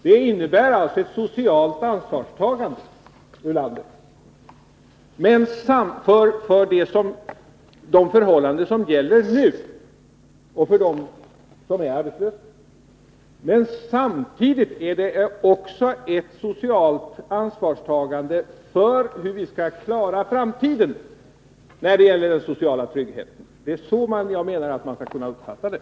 Det innebär ett socialt ansvarstagande, Lars Ulander, för de förhållanden som gäller nu och för dem som är arbetslösa. Men samtidigt är det ett ansvarstagande också för hur vi skall klara framtiden när det gäller den sociala tryggheten. Det är så jag menar att man skall kunna uppfatta det.